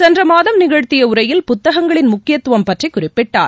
சென்ற மாதம் நிகழ்த்திய உரையில் புத்தகங்களின் முக்கியத்துவம் பற்றி குறிப்பிட்டார்